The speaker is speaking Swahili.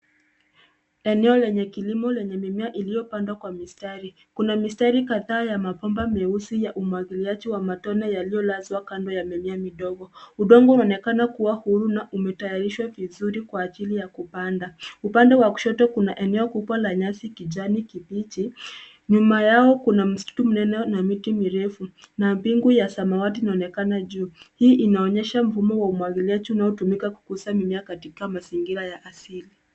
Eneo lenye kilimo lenye mimea iliyopandwa kwa mistari. Kuna mistari kadhaa ya mabomba meusi ya umwagiliajji wa matone yaliyolazwa kando ya mimea midogo. Udongo unaonekana kuwa huru na umetayarishwa vizuri kwa ajili ya kupanda. Upande wa kushoto kuna eneo kubwa la nyasi kijani kibichi. Nyuma yao kuna msitu mnene na miti mirefu na mbingu ya samawati inaonekana juu. Hii inaonyesha mfumo wa umwagiliaji unaotumika kukuza mimea katika mazingira ya asili.